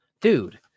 dude